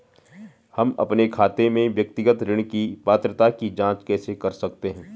हम अपने खाते में व्यक्तिगत ऋण की पात्रता की जांच कैसे कर सकते हैं?